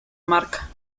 marca